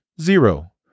zero